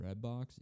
Redbox